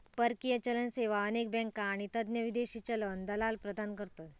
परकीय चलन सेवा अनेक बँका आणि तज्ञ विदेशी चलन दलाल प्रदान करतत